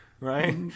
Right